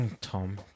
tom